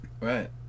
right